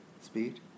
speed